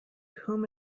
whom